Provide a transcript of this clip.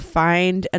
find